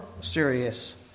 serious